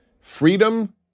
Freedom